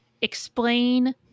explain